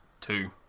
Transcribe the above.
two